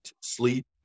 sleep